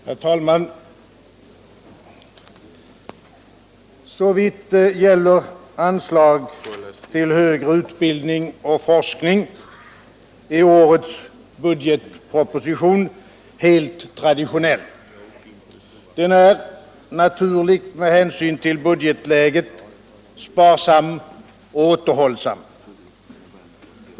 Herr talman! Såvitt gäller anslag till högre utbildning och forskning är årets budgetproposition helt traditionell. Den är — helt naturligt med hänsyn till budgetläget — sparsam och återhållsam.